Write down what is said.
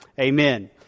Amen